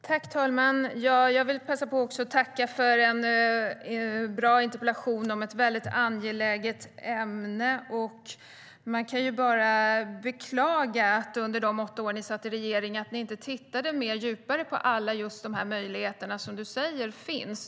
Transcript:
Herr talman! Jag vill passa på att tacka för en bra interpellation om ett angeläget ämne. Man kan bara beklaga att ni under de åtta år då ni satt i regeringen inte tittade djupare på alla de möjligheter som du säger finns.